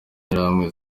interahamwe